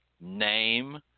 name